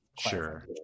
Sure